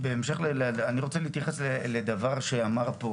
אני רוצה להתייחס לדבר שאמר פה